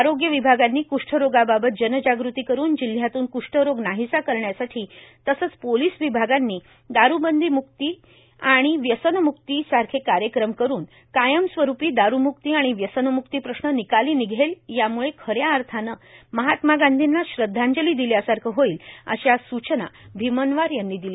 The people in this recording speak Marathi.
आरोग्य विभागांनी कष्ठरोगाबाबत जनजागृती करुन जिल्हयातून कष्टरोग नाहिसा करण्यासाठी तसेच पोलीस विभागांनी दारुबंदी मूक्ती आणि व्यसन मूक्ती सारख्या कार्यक्रम करुन कायमस्वरुपी दारुम्क्ती आणि व्यसनम्क्ती प्रश्न निकाली निघेल यामुळे खऱ्या अर्थाने महात्मा गांधींना श्रध्दाजली दिल्या सारखे होईल अशा सुचना भिमनवार यांनी दिल्या